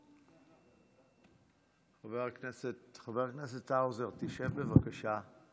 חבר הכנסת האוזר, תשב, בבקשה.